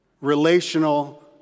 relational